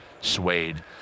suede